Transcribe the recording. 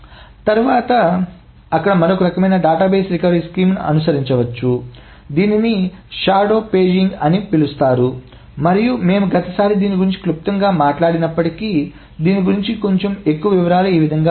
తర్వాత అక్కడ మరొక రకమైన డేటాబేస్ రికవరీ స్కీమ్ను అనుసరించవచ్చు దీనిని షాడో పేజింగ్ అని పిలుస్తారు మరియు మేము గతసారి దీని గురించి క్లుప్తంగా మాట్లాడినప్పటికీ దీని గురించి కొంచెం ఎక్కువ వివరాలు ఈ విధముగా ఉన్నాయి